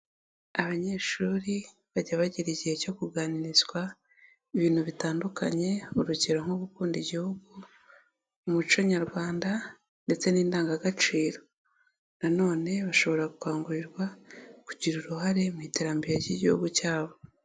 Abanyeshuri bajya bagira igihe cyo kuganirizwa ibintu bitandukanye urugero nko gukunda igihugu, umuco nyarwanda ndetse n'indangagaciro, na none bashobora gukangurirwa kugira uruhare mu iterambere ry'igihugu cyabo.